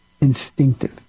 instinctive